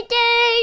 day